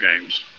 games